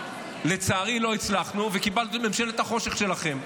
לצערי, לא הצלחנו, וקיבלנו את ממשלת החושך שלכם.